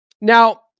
Now